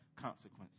consequences